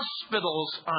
hospitals